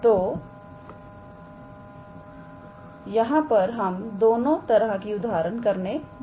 तो यहां पर हम दोनों तरह की उदाहरण करने जा रहे हैं